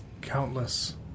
countless